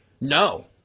No